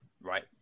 Right